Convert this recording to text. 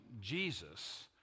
Jesus